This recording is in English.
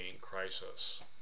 crisis